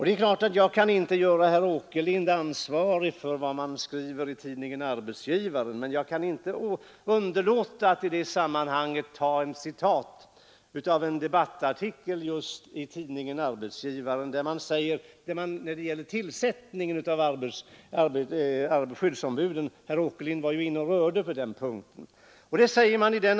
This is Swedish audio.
Det är klart att jag inte gör herr Åkerlind ansvarig för vad som skrivs i tidningen Arbetsgivaren, men jag kan inte underlåta att i det sammanhanget citera ur en debattartikel just i tidningen Arbetsgivaren beträffande tillsättningen av skyddsombud. Herr Åkerlind berörde ju den punkten i sitt anförande.